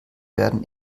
werden